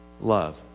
love